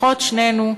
לפחות שנינו,